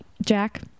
Jack